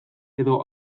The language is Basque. edo